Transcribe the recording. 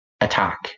attack